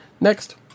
next